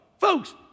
Folks